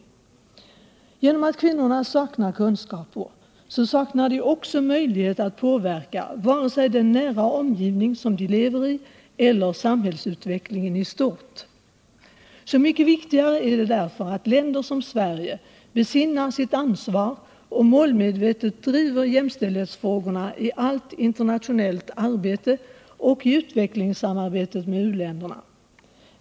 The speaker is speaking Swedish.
Genom att kvinnorna saknar kunskaper saknar de också möjlighet att påverka både den nära omgivning de lever i och samhällsutvecklingen i stort. Så mycket viktigare är det därför att länder som Sverige besinnar sitt ansvar och målmedvetet driver jämställdhetsfrågorna i allt internationellt arbete och i utvecklingssamarbetet med u-länderna.